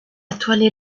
attuali